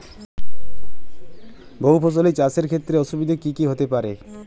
বহু ফসলী চাষ এর ক্ষেত্রে অসুবিধে কী কী হতে পারে?